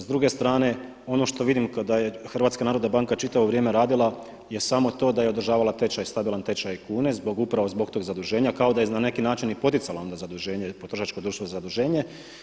S druge strane ono što vidim da je HNB čitavo vrijeme radila je samo to da je održavala tečaj, stabilan tečaj kune upravo zbog toga zaduženja kao da je na neki način i poticala onda zaduženje, potrošačko društvo na zaduženje.